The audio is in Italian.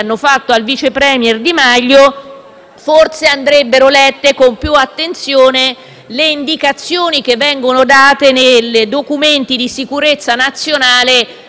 forse andrebbero lette con maggiore attenzione le indicazioni che vengono date nei documenti di sicurezza nazionale, che ogni parlamentare ha avuto